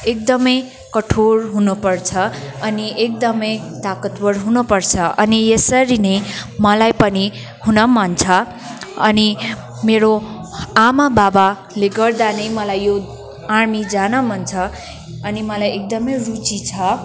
एकदमै कठोर हुनपर्छ अनि एकदमै ताकतवर हुनपर्छ अनि यसरी नै मलाई पनि हुन मन छ अनि मेरो आमा बाबाले गर्दा नै मलाई यो आर्मी जान मन छ अनि मलाई एकदमै रुचि छ